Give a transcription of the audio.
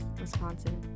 Wisconsin